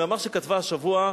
מאמר שכתבה השבוע,